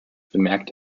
bemerkt